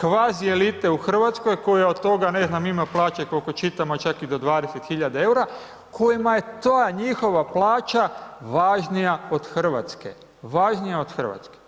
kvazielite u Hrvatskoj, koja od toga, ne znam ima plaće koliko čitamo čak i do 20 hiljada eura, kojima je ta njihova plaća važnija od Hrvatske, važnija od Hrvatske.